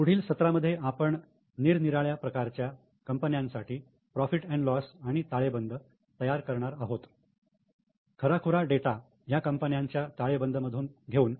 पुढील सत्रांमध्ये आपण निरनिराळ्या प्रकारच्या कंपन्यांसाठी profit and loss profit loss आणि ताळेबंद तयार करणार आहोत खराखुरा डेटा ह्या कंपन्यांच्या ताळेबंद मधून घेऊन